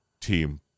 Team